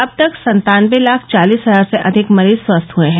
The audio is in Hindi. अब तक सत्तानवे लाख चालिस हजार से अधिक मरीज स्वस्थ हए हैं